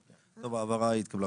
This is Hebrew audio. טוב, ההבהרה התקבלה.